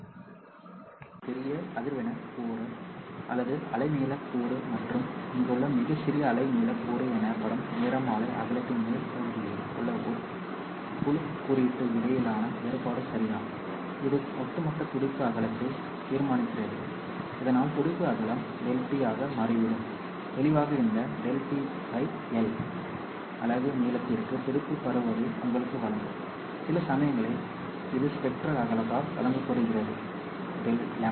ஆகவே ஒரு பெரிய அதிர்வெண் கூறு அல்லது அலை நீளக் கூறு மற்றும் இங்குள்ள மிகச்சிறிய அலை நீளக் கூறு எனப்படும் நிறமாலை அகலத்தின் மேல் பகுதியில் உள்ள குழு குறியீட்டுக்கு இடையிலான வேறுபாடு சரிதான் இது ஒட்டுமொத்த துடிப்பு அகலத்தை தீர்மானிக்கிறது இதனால் துடிப்பு அகலம் ∆τ ஆக மாறிவிடும் தெளிவாக இந்த ∆ τ by L அலகு நீளத்திற்கு துடிப்பு பரவுவதை உங்களுக்கு வழங்கும் சில சமயங்களில் இது ஸ்பெக்ட்ரல் அகலத்தால் வகுக்கப்படுகிறது ∆ λ